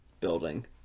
building